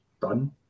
done